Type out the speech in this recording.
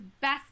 best